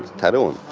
tattooing.